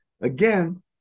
Again